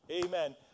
Amen